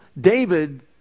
David